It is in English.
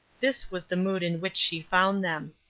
this was the mood in which she found them.